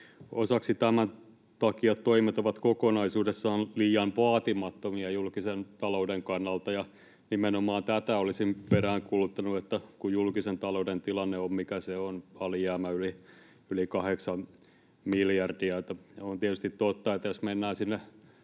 Osaksi tämän takia toimet ovat kokonaisuudessaan liian vaatimattomia julkisen talouden kannalta.” Nimenomaan tätä olisin peräänkuuluttanut, että julkisen talouden tilanne on, mikä se on, alijäämä on yli 8 miljardia. On tietysti totta, että jos mennään sinne